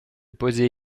poser